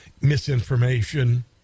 misinformation